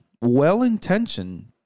well-intentioned